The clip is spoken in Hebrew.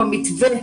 במתווה